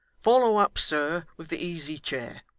follow up, sir, with the easy-chair